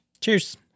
Cheers